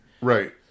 Right